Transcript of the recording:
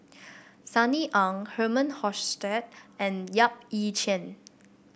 Sunny Ang Herman Hochstadt and Yap Ee Chian